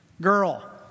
Girl